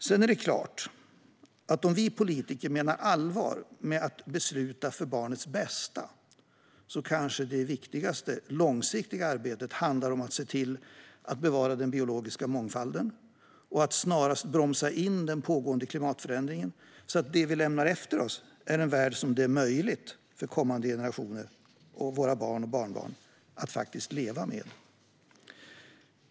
Sedan är det klart att om vi politiker menar allvar med att besluta för barnets bästa kanske det viktigaste långsiktiga arbetet handlar om att se till att bevara den biologiska mångfalden och att snarast bromsa in den pågående klimatförändringen, så att det vi lämnar efter oss är en värld som det är möjligt för kommande generationer - våra barn och barnbarn - att leva med.